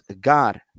God